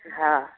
हँ